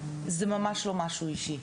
אז זה ממש לא משהו אישי.